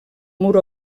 mur